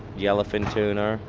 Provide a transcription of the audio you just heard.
yellow fin tuna,